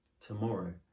tomorrow